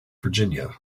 virginia